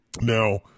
Now